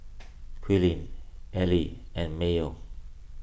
Quinn Allie and Mayo